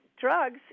drugs